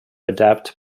adapt